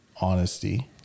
honesty